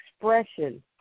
expression